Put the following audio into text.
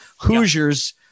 Hoosiers